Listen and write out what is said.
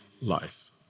life